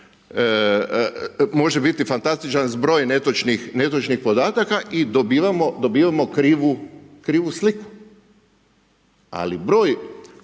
može biti fantastičan zbroj netočnih podataka i dobivamo krivu sliku. Ali broj,